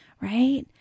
right